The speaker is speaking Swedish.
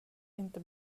inte